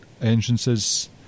entrances